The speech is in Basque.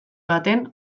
baten